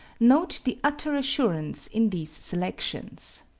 note the utter assurance in these selections